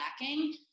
lacking